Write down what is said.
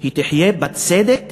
היא תחיה בצדק